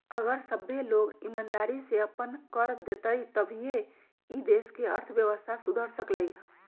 अगर सभ्भे लोग ईमानदारी से अप्पन कर देतई तभीए ई देश के अर्थव्यवस्था सुधर सकलई ह